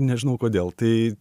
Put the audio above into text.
nežinau kodėl tai